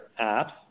apps